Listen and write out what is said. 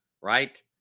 right